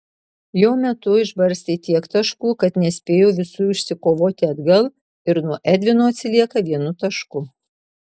jo metu išbarstė tiek taškų kad nespėjo visų išsikovoti atgal ir nuo edvino atsilieka vienu tašku